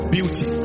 Beauty